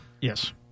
Yes